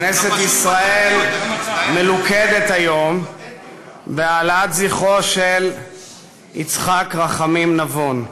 כנסת ישראל מלוכדת היום בהעלאת זכרו של יצחק רחמים נבון,